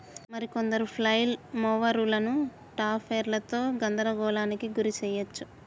మరి కొందరు ఫ్లైల్ మోవరులను టాపెర్లతో గందరగోళానికి గురి శెయ్యవచ్చు